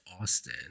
Austin